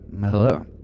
Hello